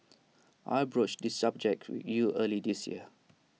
I broached this subject with you early this year